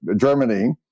Germany